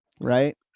right